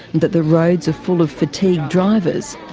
that the roads are full of fatigued drivers,